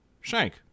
Shank